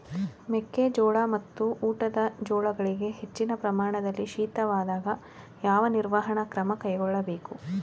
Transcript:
ಮೆಕ್ಕೆ ಜೋಳ ಮತ್ತು ಊಟದ ಜೋಳಗಳಿಗೆ ಹೆಚ್ಚಿನ ಪ್ರಮಾಣದಲ್ಲಿ ಶೀತವಾದಾಗ, ಯಾವ ನಿರ್ವಹಣಾ ಕ್ರಮ ಕೈಗೊಳ್ಳಬೇಕು?